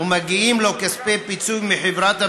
ומגיעים לו כספי פיצוי מחברת הביטוח,